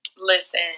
Listen